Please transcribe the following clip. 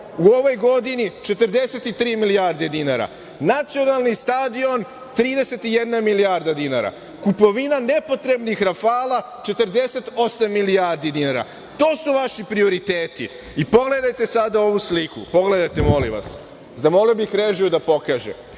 u ovoj godini 43 milijarde dinara, Nacionalni stadion 31 milijarda dinara, kupovina nepotrebnih „Rafali“ 48 milijardi dinara. To su vaši prioriteti. Pogledajte sada ovu sliku, pogledajte molim vas. Zamolio bih režiju da pokaže.